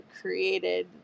created